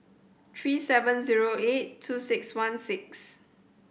three seven zero eight two six one six